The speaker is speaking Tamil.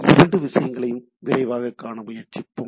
இரண்டு விஷயங்களையும் விரைவாகக் காண முயற்சிப்போம்